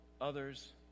others